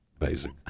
Amazing